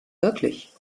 wirklich